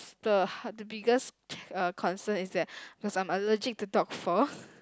the the biggest ch~ uh concern is that because I'm allergic to dog fur